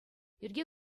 йӗрке